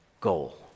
goal